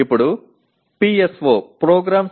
இப்போது P